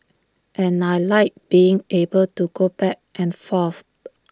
and I Like being able to go back and forth